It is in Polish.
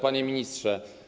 Panie Ministrze!